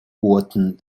orten